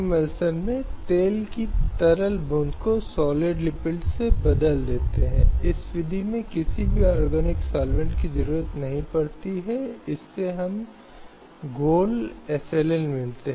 मीरा मथुरा बनाम एलआईसी 1992 का मामला है जहां एलआईसी प्रश्नावली ने अपनी नीतियों का लाभ उठाने के लिए पिछले गर्भ धारण और अन्य अंतरंग विवरणों के बारे में जानकारी मांगी है